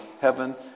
heaven